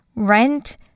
rent